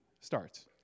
starts